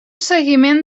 seguiment